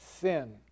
sin